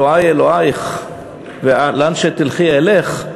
אלוהי אלוהייך ולאן שתלכי אלך,